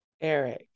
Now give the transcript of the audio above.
Eric